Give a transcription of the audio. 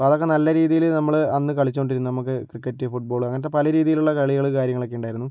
അപ്പം അതൊക്കെ നമ്മൾ നല്ല രീതിയിൽ നമ്മൾ അന്ന് കളിച്ചോണ്ടിരുന്ന നമുക്ക് ക്രിക്കറ്റ് ഫുട്ബോൾ അങ്ങനത്തെ പല രീതീലുള്ള കളികൾ കാര്യങ്ങളക്കെ ഉണ്ടായിരുന്നു